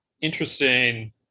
interesting